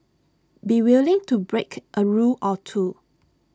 be willing to break A rule or two